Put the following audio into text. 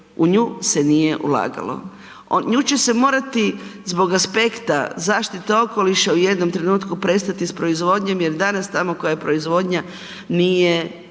u nju se nije ulagalo. Nju će se morati zbog aspekta zaštite okoliša u jednom trenutku prestati sa proizvodnjom jer danas tamo koja je proizvodnja nije uopće